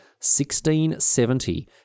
1670